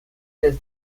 del